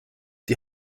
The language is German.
die